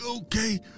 Okay